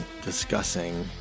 discussing